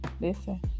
Listen